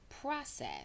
process